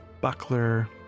buckler